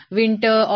winter